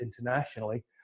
internationally